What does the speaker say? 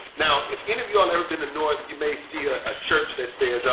now, if any of y'all ever been to north, you may see ah ah church that says